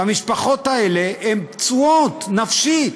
והמשפחות האלה פצועות נפשית.